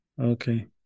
Okay